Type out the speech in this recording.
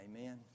Amen